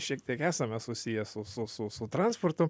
šiek tiek esame susiję su su su su transportu